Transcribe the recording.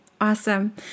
Awesome